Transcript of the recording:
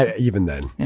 ah even then, and